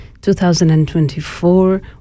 2024